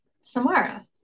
samara